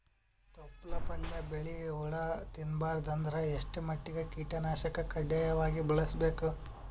ತೊಪ್ಲ ಪಲ್ಯ ಬೆಳಿ ಹುಳ ತಿಂಬಾರದ ಅಂದ್ರ ಎಷ್ಟ ಮಟ್ಟಿಗ ಕೀಟನಾಶಕ ಕಡ್ಡಾಯವಾಗಿ ಬಳಸಬೇಕು?